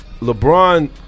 LeBron